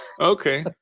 Okay